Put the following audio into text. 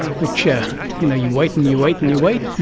which yeah you know you wait and you wait and you wait.